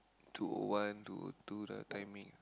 two O one to to the timing